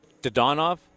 Dodonov